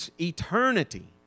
Eternity